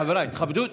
חבריי, תכבדו.